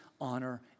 honor